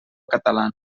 catalana